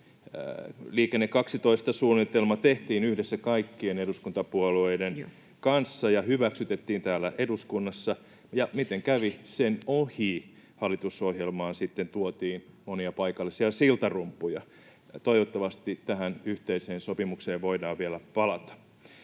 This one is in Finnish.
Liikenne 12 ‑suunnitelma tehtiin yhdessä kaikkien eduskuntapuolueiden kanssa ja hyväksytettiin täällä eduskunnassa, ja miten kävi? Sen ohi hallitusohjelmaan sitten tuotiin monia paikallisia siltarumpuja. Toivottavasti tähän yhteiseen sopimukseen voidaan vielä palata.